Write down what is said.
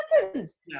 seconds